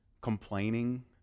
complaining